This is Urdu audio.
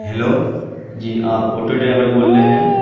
ہیلو جی آپ آٹو ڈرائیوڑ بول رہے ہیں